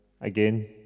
again